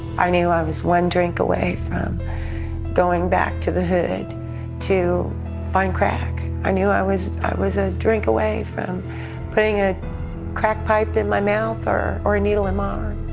i knew i was one drink away from going back to the hood to find crack. i knew i was i was a drink away from putting a crack pipe in my mouth or or a needle in my arm.